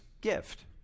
gift